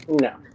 No